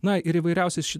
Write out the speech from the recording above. na ir įvairiausiais ši